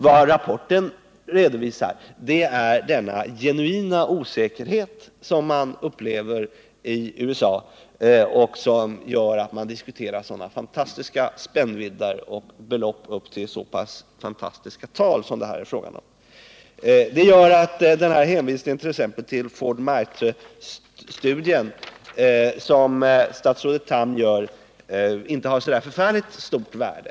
Vad rapporten redovisar är den genuina osäkerhet som man upplever i USA och som gör att man diskuterar sådana fantastiska spännvidder och sådana fantastiska belopp som det här är fråga om. Detta gör att den hänvisning till Ford-Mitre-studien som statsrådet Tham gör inte har så förfärligt stort värde.